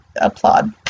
applaud